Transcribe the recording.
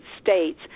States